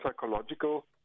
psychological